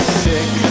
sick